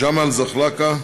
ג'מאל זחאלקה,